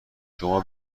شما